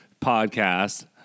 podcast